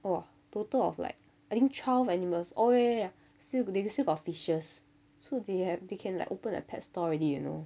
!wah! total of like I think twelve animals oh ya ya ya still they still got fishes so they have they can like open a pet store already you know